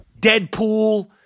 Deadpool